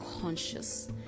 conscious